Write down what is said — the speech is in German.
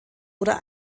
oder